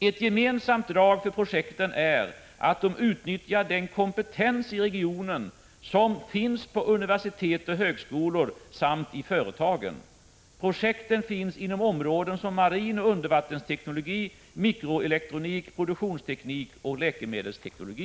Ett gemensamt drag för projekten är att de utnyttjar den kompetens i regionen som finns på universitet och högskolor samt i företagen. Projekten finns inom områden som marinoch undervattensteknologi, mikroelektronik, produktionsteknik och läkemedelsteknologi.